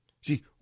See